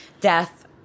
death